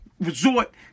resort